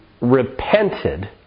repented